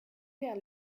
vers